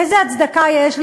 איזה הצדקה יש לזה?